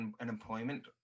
unemployment